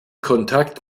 kontakt